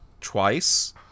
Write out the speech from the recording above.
twice